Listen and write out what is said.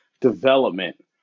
development